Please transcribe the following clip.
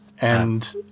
and-